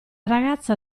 ragazza